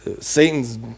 Satan's